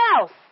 else